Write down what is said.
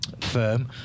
firm